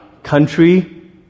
Country